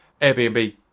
Airbnb